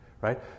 Right